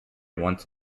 once